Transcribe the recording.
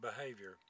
behavior